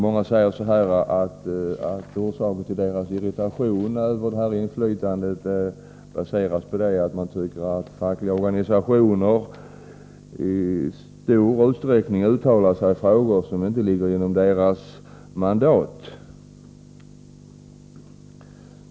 Många säger att orsaken till deras irritation över detta inflytande är att fackliga organisationer i stor utsträckning uttalar sig i frågor som inte ligger inom deras mandat.